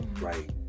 right